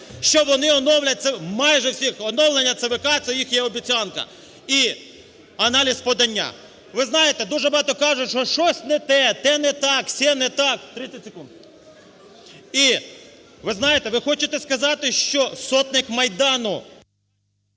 що вони оновлять… майже у всіх оновлення ЦВК – це їх є обіцянка. І аналіз подання. Ви знаєте, дуже багато кажуть, що щось не те, те не так, се не так… 30 секунд. І, ви знаєте, ви хочете сказати, що сотник Майдану…